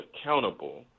accountable